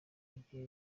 igihe